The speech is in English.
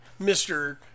Mr